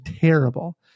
terrible